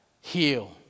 heal